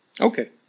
Okay